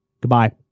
goodbye